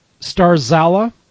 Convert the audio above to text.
Starzala